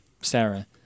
sarah